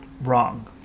wrong